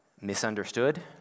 misunderstood